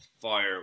fire